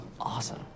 awesome